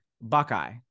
Buckeye